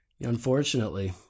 unfortunately